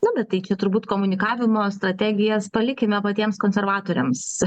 nu bet taigi turbūt komunikavimo strategijas palikime patiems konservatoriams